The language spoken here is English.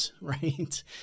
right